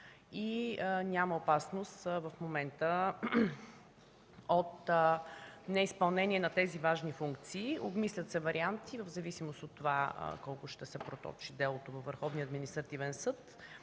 и няма опасност в момента от неизпълнение на тези важни функции. Обмислят се варианти, в зависимост от това колко ще се проточи делото във